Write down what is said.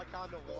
and